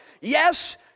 Yes